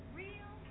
real